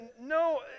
No